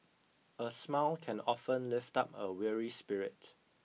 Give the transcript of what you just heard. a smile can often lift up a weary spirit